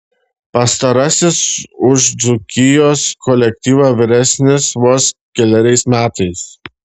pastarasis už dzūkijos kolektyvą vyresnis vos keleriais metais